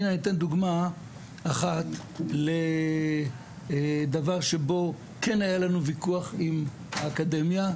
אני אתן דוגמה אחת לדבר שבו כן היה לנו ויכוח עם האקדמיה,